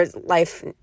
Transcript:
life